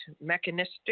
mechanistic